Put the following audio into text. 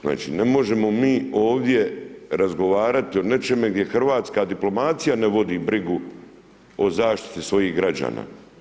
Znači ne možemo mi ovdje razgovarati o nečemu gdje hrvatska diplomacija ne vodi brigu o zaštiti svojih građana.